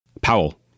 Powell